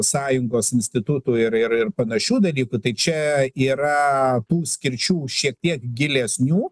sąjungos institutų ir ir ir panašių dalykų tai čia yra tų skirčių šiek tiek gilesnių